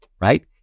right